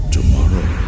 Tomorrow